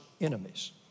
enemies